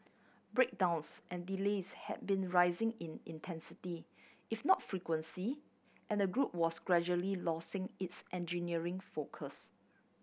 breakdowns and delays had been rising in intensity if not frequency and the group was gradually losing its engineering focus